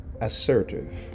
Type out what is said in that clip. assertive